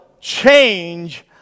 change